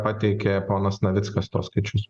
pateikė ponas navickas tuos skaičius